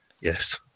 yes